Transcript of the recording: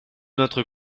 notre